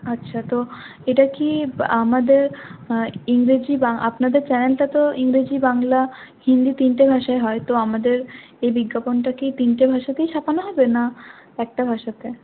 আচ্ছা তো এটা কি আমাদের ইংরেজি আপনাদের চ্যানেলটা তো ইংরেজি বাংলা হিন্দি তিনটে ভাষায় হয় তো আমাদের এই বিজ্ঞাপনটা কি তিনটে ভাষাতেই ছাপানো হবে না একটা ভাষাতে